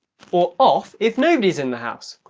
or off if nobody's in the house.